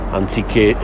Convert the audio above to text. anziché